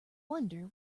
wonder